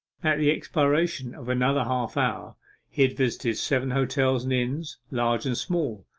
at the expiration of another half-hour he had visited seven hotels and inns, large and small,